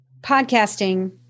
podcasting